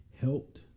helped